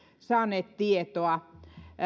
saaneet tietoa